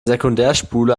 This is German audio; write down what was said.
sekundärspule